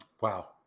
Wow